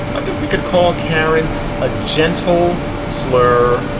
i think we could call karen a gentle slur.